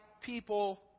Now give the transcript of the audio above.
people